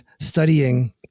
studying